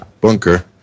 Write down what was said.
bunker